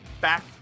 back